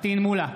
פטין מולא,